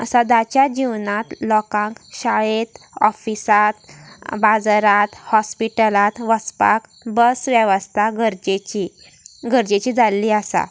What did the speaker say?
सदाच्या जिवनांत लोकांक शाळेंत ऑफिसांत बाजारांत हॉस्पिटलांत वचपाक बस वेवस्था गरजेची गरजेची जाल्ली आसा